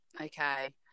Okay